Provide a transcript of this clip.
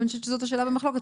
אני חושבת שזו השאלה במחלוקת,